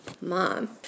mom